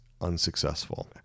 unsuccessful